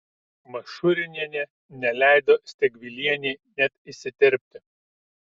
mašurinienė neleido stegvilienei net įsiterpti